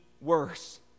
worse